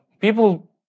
people